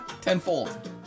Tenfold